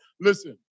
listen